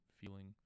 feeling